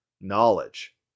knowledge